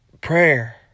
Prayer